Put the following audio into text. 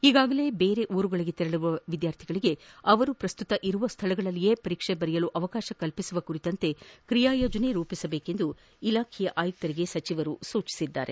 ಈಗಾಗಲೇ ಬೇರೆ ಊರುಗಳಿಗೆ ತೆರಳಿರುವ ವಿದ್ಯಾರ್ಥಿಗಳಿಗೆ ಅವರು ಪ್ರಸ್ತುತ ಇರುವ ಸ್ವಳಗಳಲ್ಲಿಯೇ ಪರೀಕ್ಷೆ ಬರೆಯಲು ಅವಕಾಶ ಕಲ್ಪಿಸುವ ಕುರಿತಂತೆ ಕ್ರಿಯಾಯೋಜನೆ ರೂಪಿಸಬೇಕೆಂದು ಇಲಾಖಾ ಆಯುಕ್ತರಿಗೆ ಸಚಿವರು ಸೂಚಿಸಿದರು